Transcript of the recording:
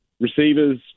receivers